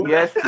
Yes